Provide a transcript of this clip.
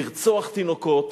לרצוח תינוקות,